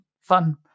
fun